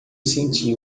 sentiu